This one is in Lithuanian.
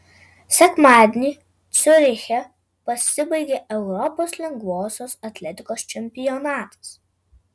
sekmadienį ciuriche pasibaigė europos lengvosios atletikos čempionatas